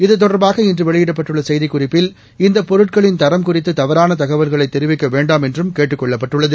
இத்தொடர்பாக இன்று வெளியிடப்பட்டுள்ள செய்திக்குறிப்பில் இந்தப் பொருட்களின் தரம் குறித்து தவறான தகவல்களை தெரிவிக்க வேண்டாம் என்றும் கேட்டுக் கொள்ளப்பட்டுள்ளது